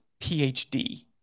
PhD